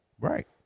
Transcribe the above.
Right